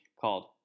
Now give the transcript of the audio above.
called